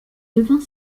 devint